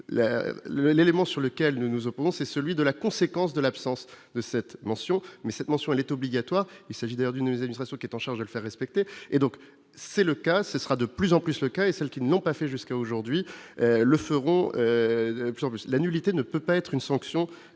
l'élément sur lequel nous nous opposons, c'est celui de la conséquence de l'absence de cette mention, mais cette mention est obligatoire et solidaire d'une indications qui est en charge de le faire respecter, et donc c'est le cas, ce sera de plus en plus le cas et celles qui n'ont pas fait jusqu'à aujourd'hui le feront de plus en plus la nullité ne peut pas être une sanction